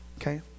Okay